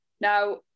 Now